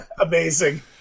Amazing